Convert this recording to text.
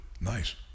nice